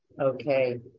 okay